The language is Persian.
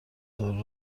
دارو